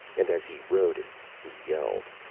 and as he rode it he yelled,